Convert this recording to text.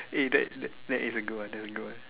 eh that that that is a good one that is a good one